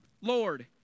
Lord